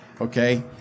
okay